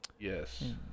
Yes